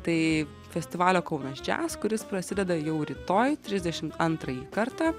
tai festivalio kaunas jazz kuris prasideda jau rytoj trisdešimt antrąjį kartą